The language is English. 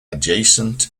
adjacent